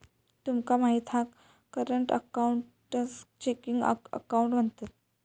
तुमका माहित हा करंट अकाऊंटकाच चेकिंग अकाउंट म्हणतत